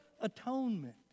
atonement